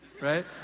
right